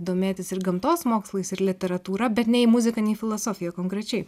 domėtis ir gamtos mokslais ir literatūra bet nei muzika nei filosofija konkrečiai